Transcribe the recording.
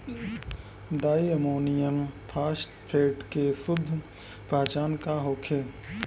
Di ammonium phosphate के शुद्ध पहचान का होखे?